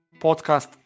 podcast